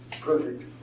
perfect